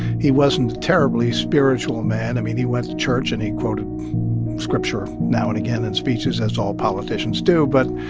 he wasn't a terribly spiritual man. i mean, he went to church, and he quoted scripture now and again in speeches as all politicians do. but,